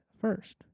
first